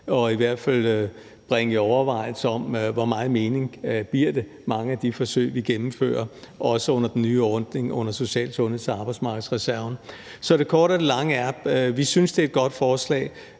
må i hvert fald bringe en overvejelse med sig om, hvor meget mening det giver med mange af de forsøg, vi gennemfører, også under den nye ordning under social-, sundheds- og arbejdsmarkedsreserven. Så det korte af det lange er, at vi synes, det er et godt forslag,